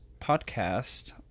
Podcast